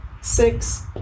six